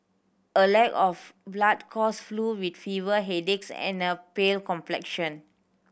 a lack of blood cause flu with fever headaches and a pale complexion